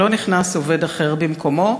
לא נכנס עובד אחר במקומו.